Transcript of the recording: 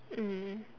mm